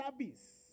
service